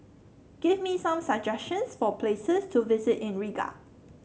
give me some suggestions for places to visit in Riga